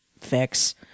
fix